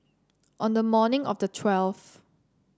on the morning of the twelfth